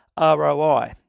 ROI